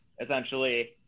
essentially